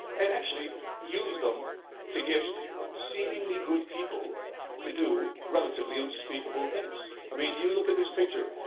and actually use them to get seemingly good people to do relatively unspeakable things. i mean, you look at this picture,